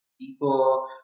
people